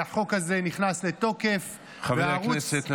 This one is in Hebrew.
והחוק הזה נכנס לתוקף -- חברי הכנסת,